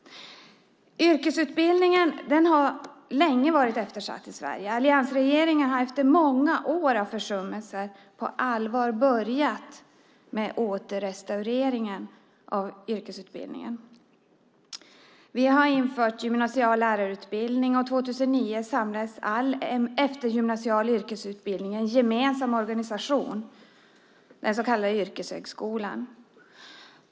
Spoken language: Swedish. Yrkesutbildningen har länge varit eftersatt. Alliansregeringen har på allvar påbörjat återrestaureringen av yrkesutbildningen som varit försummad under flera år. Vi har infört gymnasial lärarutbildning. År 2009 samlades all eftergymnasial yrkesutbildning i en gemensam organisation, den så kallade yrkeshögskolan.